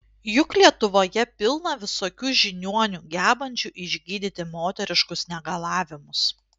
juk lietuvoje pilna visokių žiniuonių gebančių išgydyti moteriškus negalavimus